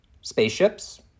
Spaceships